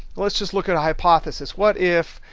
let's just look at a hypothesis. what if,